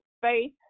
faith